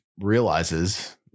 realizes –